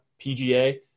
PGA